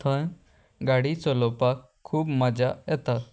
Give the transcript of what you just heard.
थंय गाडी चलोवपाक खूब मजा येता